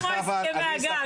כמו הסכמי הגג.